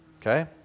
Okay